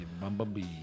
Bumblebee